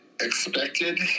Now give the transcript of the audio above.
expected